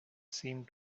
seemed